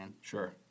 Sure